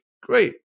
Great